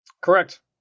Correct